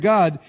God